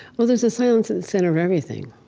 well there's a silence in the center of everything,